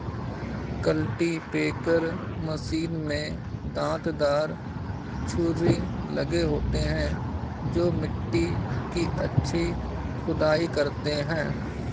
cultipacker machine में दांत दार छुरी लगे होते हैं जो मिट्टी की अच्छी खुदाई करते हैं